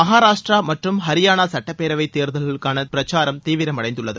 மகாராஷ்ட்ரா மற்றும் ஹரியானா சுட்டப்பேரவை தேர்தல்களுக்கான பிரச்சாரம் தீவிரமடைந்துள்ளது